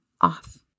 off